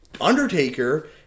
Undertaker